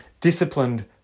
disciplined